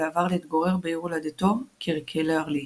ועבר להתגורר בעיר הולדתו קירקלרלי.